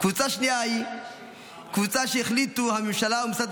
קבוצה שנייה היא קבוצה שהחליטו הממשלה ומשרד